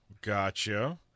gotcha